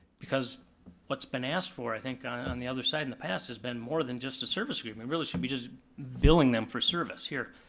because what's been asked for, i think on the other side in the past has been more than just a service agreement. really should be just billing them for service. here,